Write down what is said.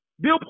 Bill